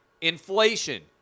Inflation